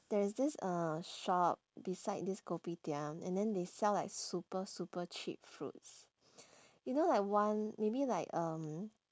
there is this uh shop beside this kopitiam and then they sell like super super cheap fruits you know like one maybe like um